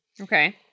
Okay